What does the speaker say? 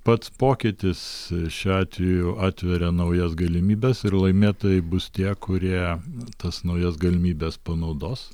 pats pokytis šiuo atveju atveria naujas galimybes ir laimėtojai bus tie kurie tas naujas galimybes panaudos